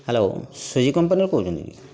hello Suji କମ୍ପାନୀରୁ କହୁଛନ୍ତି କି